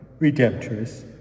redemptress